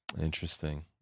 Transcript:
Interesting